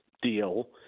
Deal